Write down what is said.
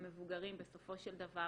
המבוגרים, בסופו של דבר